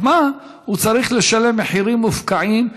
רק מה, הוא צריך לשלם מחירים מופקעים,